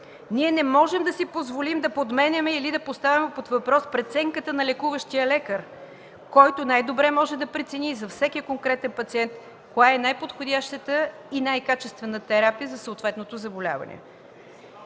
Ние не можем да си позволим да подменяме или да поставяме под въпрос преценката на лекуващия лекар, който най-добре може да прецени за всеки конкретен пациент каква е най-подходящата и най-качествена терапия за съответното заболяване,